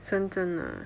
深圳 ah